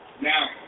Now